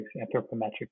anthropometric